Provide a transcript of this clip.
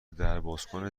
دربازکن